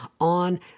on